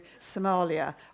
Somalia